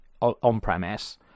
on-premise